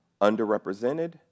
underrepresented